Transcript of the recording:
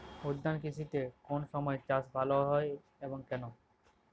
উদ্যান কৃষিতে কোন সময় চাষ ভালো হয় এবং কেনো?